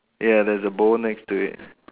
ya there's a bowl next to it